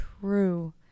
true